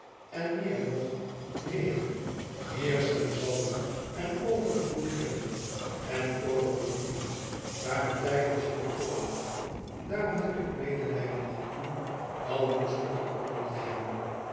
en meer nog meer heerschen zal u en overvloed hebben en oorlog voeren maar de tijden zullen komen daarom heb ik medelijden met u al moest ik het ook niet hebben